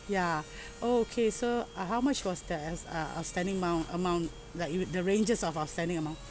ya oh okay so uh how much was th~ uh outstanding ~mount amount like you the ranges of outstanding amount